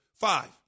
Five